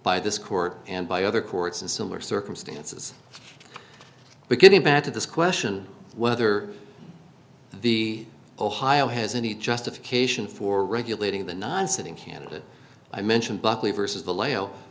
by this court and by other courts in similar circumstances but getting back to this question whether the ohio has any justification for regulating the non singing candidate i mentioned buckley versus the lay